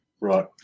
Right